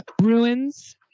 Ruins